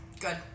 Good